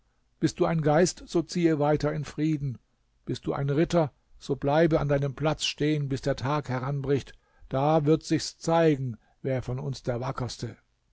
bist du ein geist so ziehe weiter in frieden bist du ein ritter so bleibe an deinem platz stehen bis der tag heranbricht da wird sich's zeigen wer von uns der wackerste